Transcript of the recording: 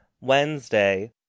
Wednesday